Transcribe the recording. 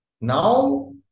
now